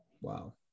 Wow